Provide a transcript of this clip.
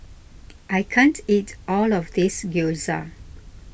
I can't eat all of this Gyoza